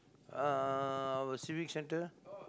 uh our civics center